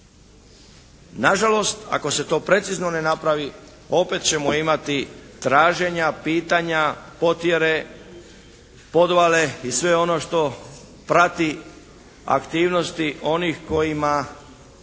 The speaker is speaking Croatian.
Nažalost ako se to precizno ne napravi opet ćemo imati traženja, pitanja, potjere, podvale i sve ono što prati aktivnosti onih kojima